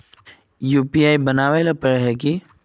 UPI बनावेल पर है की?